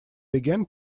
began